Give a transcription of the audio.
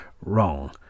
wrong